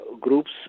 groups